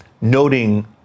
noting